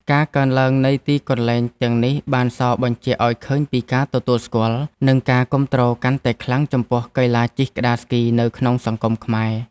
ការកើនឡើងនៃទីកន្លែងទាំងនេះ បានសបញ្ជាក់ឱ្យឃើញពីការទទួលស្គាល់ និងការគាំទ្រកាន់តែខ្លាំងចំពោះកីឡាជិះក្ដារស្គីនៅក្នុងសង្គមខ្មែរ។